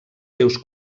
seus